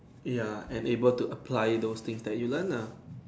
ya and able to apply those things that you learn lah